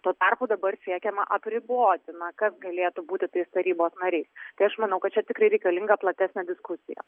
tuo tarpu dabar siekiama apriboti na kas galėtų būti tais tarybos nariais tai aš manau kad čia tikrai reikalinga platesnė diskusija